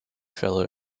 fellow